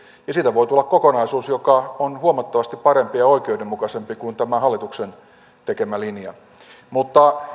siitä voi tulla kokonaisuus joka on huomattavasti parempi ja oikeudenmukaisempi kuin tämä hallituksen tekemä linja